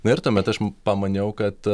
na ir tuomet aš pamaniau kad